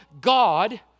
God